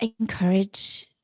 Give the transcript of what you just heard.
encourage